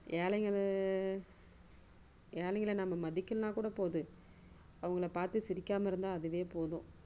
ஏழைங்கள் ஏழைங்களை நம்ம மதிக்கலைனா கூட போது அவங்கள பார்த்து சிரிக்காமல் இருந்தால் அதுவே போதும்